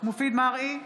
מופיד מרעי,